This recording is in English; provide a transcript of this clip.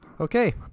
Okay